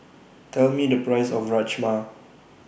Tell Me The Price of Rajma